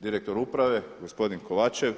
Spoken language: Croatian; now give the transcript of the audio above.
direktor uprave gospodin Kovačev.